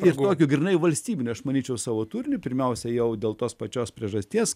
ir kokiu grynai valstybine aš manyčiau savo turiniu pirmiausia jau dėl tos pačios priežasties